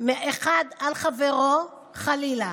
מאחד על חברו, חלילה.